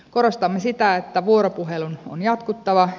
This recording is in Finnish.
korostamme sitä että vuoropuhelun on jatkuttava